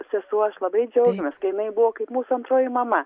sesuo aš labai džiaugiamės kai jinai buvo kaip mūsų antroji mama